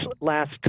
last